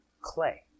Clay